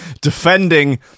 defending